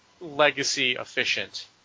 legacy-efficient